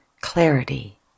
clarity